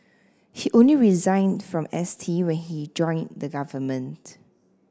he only resigned from S T when he joined the government